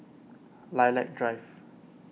Lilac Drive